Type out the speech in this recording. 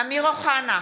אמיר אוחנה,